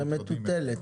זאת ממש מטוטלת,